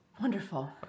Wonderful